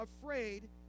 afraid